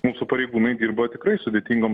mūsų pareigūnai dirba tikrai sudėtingom